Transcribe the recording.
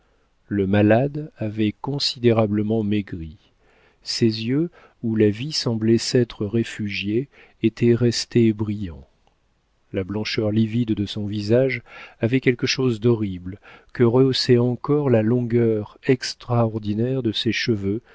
le malade avait considérablement maigri ses yeux où la vie semblait s'être réfugiée étaient restés brillants la blancheur livide de son visage avait quelque chose d'horrible que rehaussait encore la longueur extraordinaire de ses cheveux